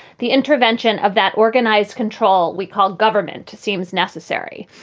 the intervention of that organized control we called government seems necessary.